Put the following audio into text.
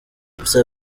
gusa